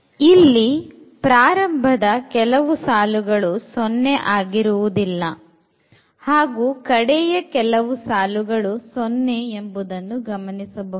ಇಲ್ಲಿ ಪ್ರಾರಂಭದ ಕೆಲವು ಸಾಲುಗಳು 0 ಆಗಿರುವುದಿಲ್ಲ ಹಾಗು ಕಡೆಯ ಕೆಲವು ಸಾಲುಗಳು 0 ಎಂಬುದನ್ನು ಗಮನಿಸಬಹುದು